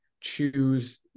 choose